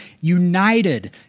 united